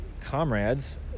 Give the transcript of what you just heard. comrades